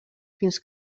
fins